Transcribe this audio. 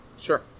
Sure